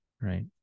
right